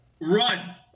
run